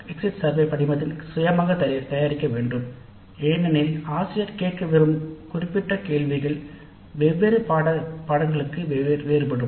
exit survey முறையானது வெவ்வேறு பாட நெறிகளுக்கு வேறுபடும்